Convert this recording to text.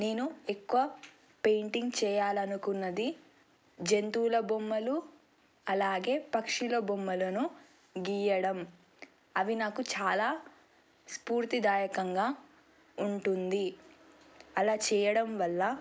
నేను ఎక్కువ పెయింటింగ్ చేయాలనుకున్నది జంతువుల బొమ్మలు అలాగే పక్షుల బొమ్మలను గీయడం అవి నాకు చాలా స్ఫూర్తిదాయకంగా ఉంటుంది అలా చేయడం వల్ల